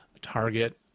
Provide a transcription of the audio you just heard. target